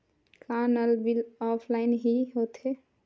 का नल bill offline हि होथे?